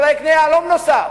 אולי יקנה יהלום נוסף.